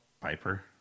Piper